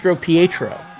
Pietro